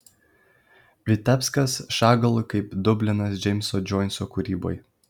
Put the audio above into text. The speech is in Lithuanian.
vitebskas šagalui kaip dublinas džeimso džoiso kūrybai